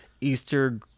Easter